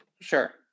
Sure